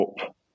up